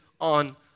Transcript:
on